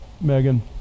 megan